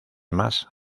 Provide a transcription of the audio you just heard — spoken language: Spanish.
más